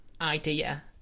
idea